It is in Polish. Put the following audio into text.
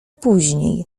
później